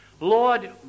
Lord